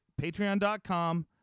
Patreon.com